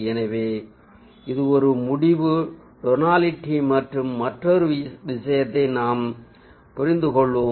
எனவே இது ஒரு முடிவு டோனாலிட்டி என்று மற்றொரு விஷயத்தை நாம் புரிந்து கொள்வோம்